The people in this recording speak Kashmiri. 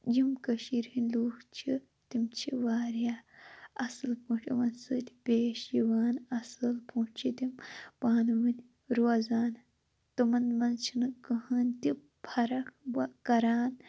یِم کٔشیرِ ہنٛدۍ لُکھ چھِ تِم چھ وارِیاہ اَصٕل پٲٹھۍ یِوان یِمَن سۭتۍ پیش یِوان اَصٕل پٲٹھۍ چھ تِم پانہٕ ؤنۍ روزان تِمَن منٛز چھِنہٕ کہینۍ تہِ فَرَق بہٕ کَران